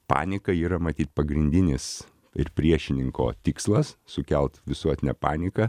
panika yra matyt pagrindinis ir priešininko tikslas sukelt visuotinę paniką